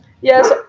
Yes